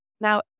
Now